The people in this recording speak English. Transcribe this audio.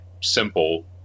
simple